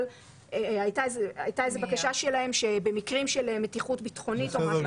הייתה בקשה של חוץ וביטחון שבמקרים של מתיחות ביטחונית וכולי,